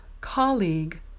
Colleague